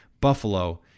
Buffalo